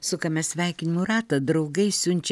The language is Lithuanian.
sukame sveikinimų ratą draugai siunčia